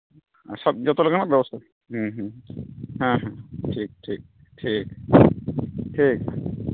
ᱡᱚᱛᱚ ᱞᱮᱠᱟᱱᱟ ᱵᱮᱵᱚᱥᱛᱷᱟ ᱴᱷᱤᱠ ᱴᱷᱤᱠ ᱴᱷᱤᱠ ᱴᱷᱤᱠ